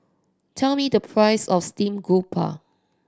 tell me the price of steamed garoupa